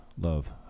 love